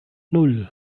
nan